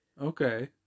Okay